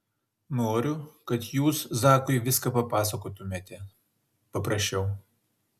noriu kad jūs zakui viską papasakotumėte paprašiau